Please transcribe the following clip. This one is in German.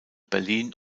berlin